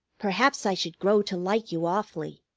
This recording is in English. perhaps i should grow to like you awfully.